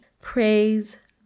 Praise